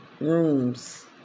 rooms